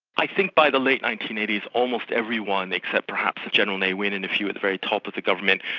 i think by the late nineteen eighty s almost everyone, except perhaps general ne win and a few of the very top of the government,